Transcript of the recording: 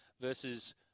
versus